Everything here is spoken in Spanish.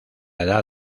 edad